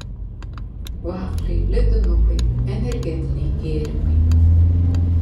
vafliai ledinukai energetiniai gėrimai